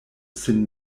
sin